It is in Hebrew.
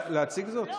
אם